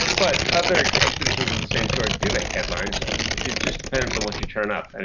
but other expeditions of the same sort do make headlines, and it just depends on what you turn up. and